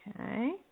okay